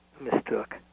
mistook